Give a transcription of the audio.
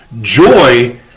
joy